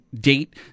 date